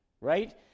right